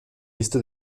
liste